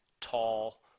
tall